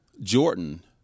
Jordan